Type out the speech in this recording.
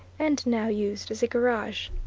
and now used as a garage.